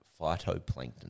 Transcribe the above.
phytoplankton